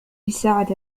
الساعة